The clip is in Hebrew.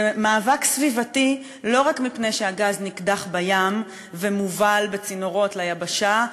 זה מאבק סביבתי לא רק מפני שהגז נקדח בים ומובל בצינורות ליבשה,